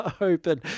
Open